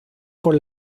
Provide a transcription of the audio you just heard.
por